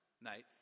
nights